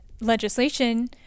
legislation